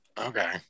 Okay